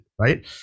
right